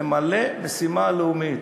למלא משימה לאומית.